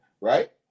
right